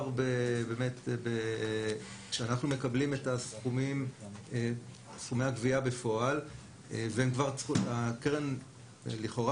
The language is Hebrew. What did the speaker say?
כשאנחנו מקבלים את סכומי הגבייה בפועל והקרן לכאורה